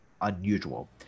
unusual